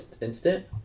instant